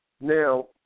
Now